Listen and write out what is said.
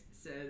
says